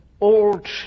old